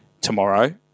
tomorrow